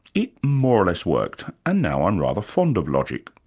it more or less worked, and now i'm rather fond of logic.